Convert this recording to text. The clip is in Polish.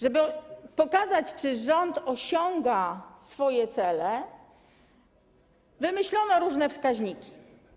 Żeby pokazać, czy rząd osiąga swoje cele, wymyślono różne wskaźniki.